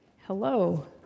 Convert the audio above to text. Hello